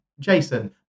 Jason